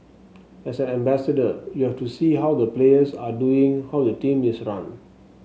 as an ambassador you have to see how the players are doing how the team is run